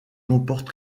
comporte